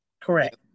Correct